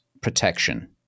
protection